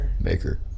Maker